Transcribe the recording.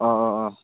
ഓ ഓ ഓ